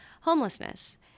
homelessness